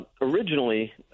originally